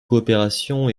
coopérations